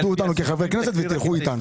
כבדו אותנו כחברי כנסת ולכו איתנו.